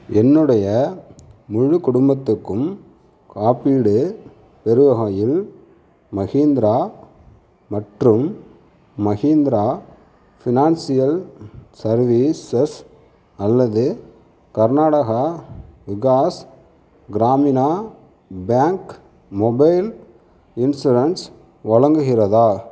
என்னுடைய முழு குடும்பத்துக்கும் காப்பீடு பெறும்வகையில் மஹேந்திரா மற்றும் மஹேந்திரா ஃபினான்சியல் சர்வீசஸ் அல்லது Karnataka Vikas Grameena bank mobile insurance வழங்குகிறதா